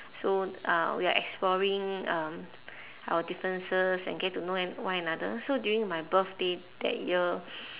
so uh we are exploring um our differences and get to know an~ one another so during my birthday that year